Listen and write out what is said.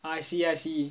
I see I see